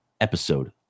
episode